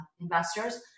investors